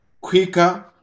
quicker